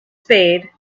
spade